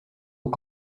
aux